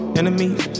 enemies